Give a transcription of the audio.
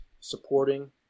supporting